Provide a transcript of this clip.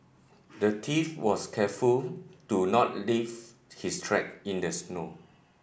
the thief was careful to not leave his track in the snow